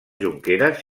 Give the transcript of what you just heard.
jonqueres